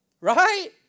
right